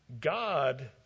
God